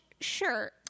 sure